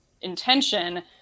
intention